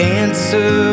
answer